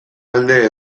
alde